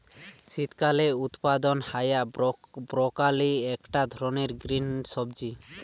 শীতকালে উৎপাদন হায়া ব্রকোলি একটা ধরণের গ্রিন সবজি